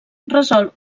resol